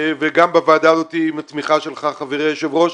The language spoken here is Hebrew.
וגם בוועדה הזאת עם התמיכה שלך, חברי היושב-ראש.